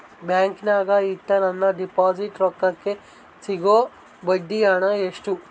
ಬ್ಯಾಂಕಿನಾಗ ಇಟ್ಟ ನನ್ನ ಡಿಪಾಸಿಟ್ ರೊಕ್ಕಕ್ಕೆ ಸಿಗೋ ಬಡ್ಡಿ ಹಣ ಎಷ್ಟು?